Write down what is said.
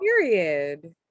Period